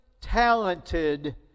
talented